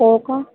हो का